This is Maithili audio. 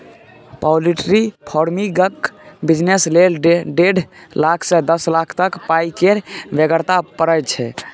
पाउलट्री फार्मिंगक बिजनेस लेल डेढ़ लाख सँ दस लाख तक पाइ केर बेगरता परय छै